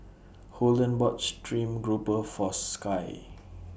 Holden bought Stream Grouper For Skye